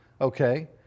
Okay